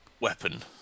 weapon